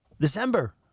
December